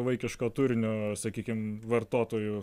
vaikiško turinio sakykim vartotojų